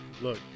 look